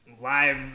live